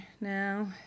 now